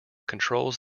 controls